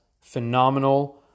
phenomenal